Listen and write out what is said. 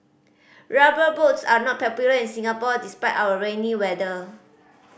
Rubber Boots are not popular in Singapore despite our rainy weather